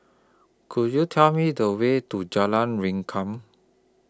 Could YOU Tell Me The Way to Jalan Rengkam